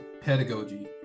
pedagogy